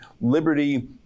liberty